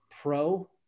pro